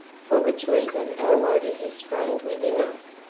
for which reason our word is restrained within us,